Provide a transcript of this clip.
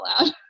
loud